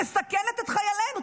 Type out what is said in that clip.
מסכנת את חיילינו,